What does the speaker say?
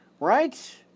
right